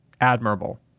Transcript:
admirable